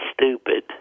stupid